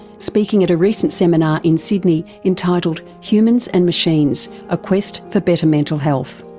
speaking at a recent seminar in sydney entitled humans and machines a quest for better mental health.